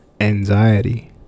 anxiety